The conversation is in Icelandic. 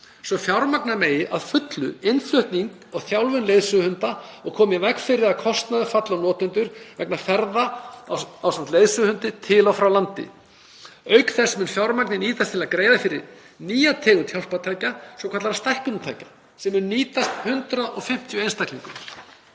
að fjármagna megi að fullu innflutning og þjálfun leiðsöguhunda og koma í veg fyrir að kostnaður falli á notendur vegna ferða ásamt leiðsöguhundi til og frá landi. Auk þess mun fjármagnið nýtast til að greiða fyrir nýja tegund hjálpartækja, svokallaðra stækkunartækja. Þau munu nýtast 150 einstaklingum.